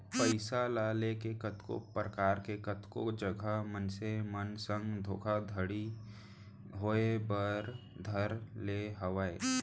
पइसा ल लेके कतको परकार के कतको जघा मनसे मन संग धोखाघड़ी होय बर धर ले हावय